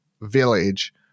village